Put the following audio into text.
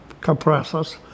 compressors